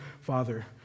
Father